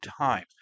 time